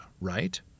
right